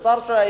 שהיה שר,